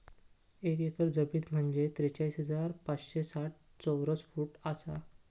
एक एकर जमीन म्हंजे त्रेचाळीस हजार पाचशे साठ चौरस फूट आसा